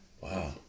Wow